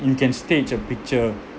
you can stage a picture